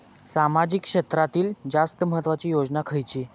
सामाजिक क्षेत्रांतील जास्त महत्त्वाची योजना खयची?